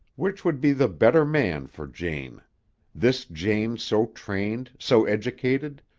which would be the better man for jane this jane so trained, so educated,